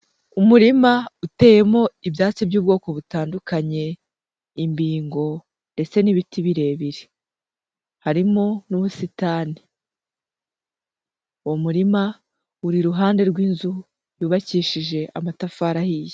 Umurima uteyemo, ibyatsi by'ubwoko butandukanye, imbingo. Ndetse n'ibiti birebire. Harimo n'ubusitani. Uwo umurima uri ruhande rw'inzu, yubakishije amatafari ahiye,